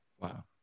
Wow